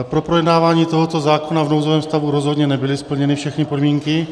Pro projednání tohoto zákona v nouzovém stavu rozhodně nebyly splněny všechny podmínky.